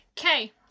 Okay